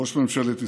ראש ממשלת ישראל,